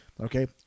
Okay